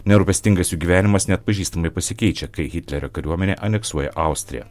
nerūpestingas jų gyvenimas neatpažįstamai pasikeičia kai hitlerio kariuomenė aneksuoja austriją